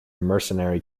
mercenary